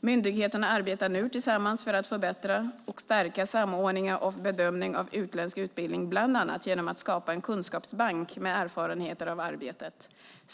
Myndigheterna arbetar nu tillsammans för att förbättra och stärka samordningen av bedömning av utländsk utbildning, bland annat genom att skapa en kunskapsbank med erfarenheter av arbetet.